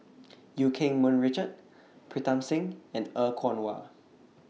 EU Keng Mun Richard Pritam Singh and Er Kwong Wah